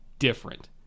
different